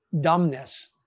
dumbness